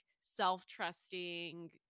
self-trusting